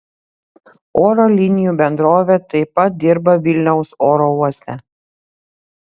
oro linijų bendrovė taip pat dirba vilniaus oro uoste